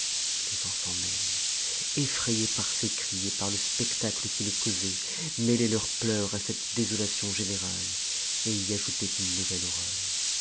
les enfants même effrayés par ces cris et parle spectacle qui les causait mêlaient leurs pleurs à cette désolation générate et y ajoutaient une nouvefte horreur